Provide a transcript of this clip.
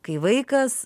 kai vaikas